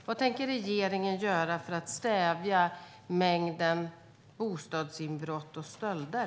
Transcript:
Vad tänker regeringen göra för att stävja mängden bostadsinbrott och stölder?